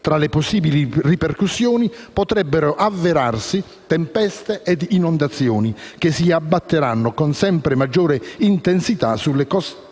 Tra le possibili ripercussioni potrebbero avverarsi tempeste e inondazioni che si abbatteranno con sempre maggior intensità sulle zone